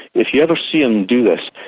if you ever see him do this,